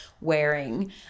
wearing